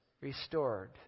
restored